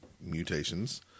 mutations